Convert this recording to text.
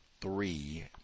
three